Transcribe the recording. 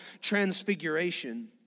transfiguration